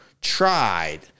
tried